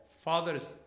Fathers